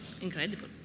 Incredible